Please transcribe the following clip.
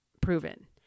proven